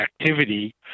activity